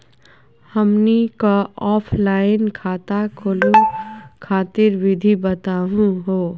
हमनी क ऑफलाइन खाता खोलहु खातिर विधि बताहु हो?